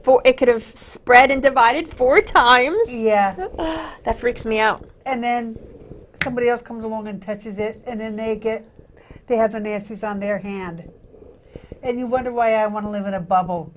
for it could have spread and divided four times yeah that freaks me out and then somebody else comes along and touches it and then they get they have and this is on their hand and you wonder why i want to live in a bubble